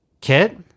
kit